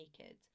naked